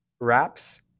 Wraps